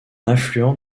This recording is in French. affluent